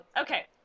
Okay